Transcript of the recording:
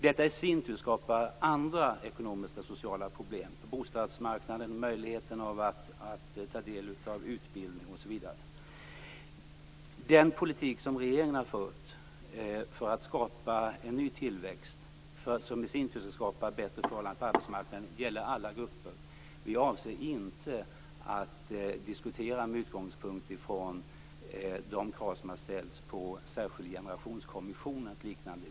Detta i sin tur skapar andra ekonomiska och sociala problem, på bostadsmarknaden, när det gäller möjligheten att ta del av utbildning osv. Den politik som regeringen har fört för att skapa en ny tillväxt, som i sin tur skall skapa bättre förhållanden på arbetsmarknaden, gäller alla grupper. Vi avser inte att diskutera med utgångspunkt från de krav som har ställts på en särskild generationskommission eller något liknande.